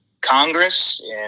Congress